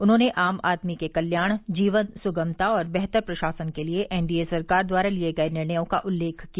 उन्होंने आम आदमी के कल्याण जीवन सुगमता और बेहतर प्रशासन के लिए एनडीए सरकार द्वारा लिये गये निर्णयों का उल्लेख किया